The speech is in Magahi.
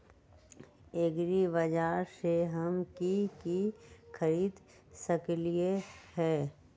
एग्रीबाजार से हम की की खरीद सकलियै ह?